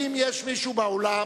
קבוצת קדימה,